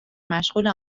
مشغول